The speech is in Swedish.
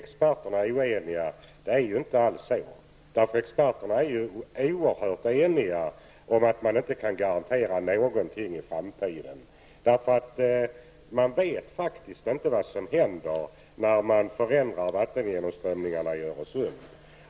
Det är inte alls så. Experterna är oerhört eniga om att man inte kan garantera någonting i framtiden. Man vet faktiskt inte vad som händer när man förändrar vattengenomströmningarna i Öresund.